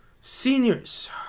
seniors